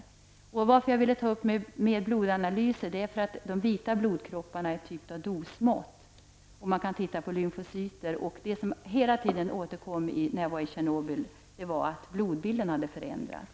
Anledningen till att jag ville ta upp frågan om blodanalys är sammanhanget mellan de vita blodkropparna och dosmått. Man kan se på lymfocyter. Vad som hela tiden återkom när jag var i Tjernobyl var detta att blodbilden hade förändrats.